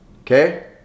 okay